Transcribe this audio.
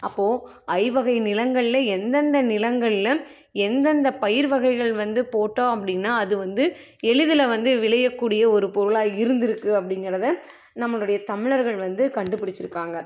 அப்போ ஐவகை நிலங்களில் எந்தெந்த நிலங்களில் எந்தெந்த பயிர் வகைகள் வந்து போட்டோம் அப்படின்னா அது வந்து எளிதில் வந்து விளையக்கூடிய ஒரு பொருளாக இருந்துருக்கு அப்படிங்கிறத நம்மளுடைய தமிழர்கள் வந்து கண்டுபுடிச்சிருக்காங்க